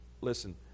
Listen